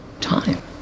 time